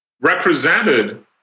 represented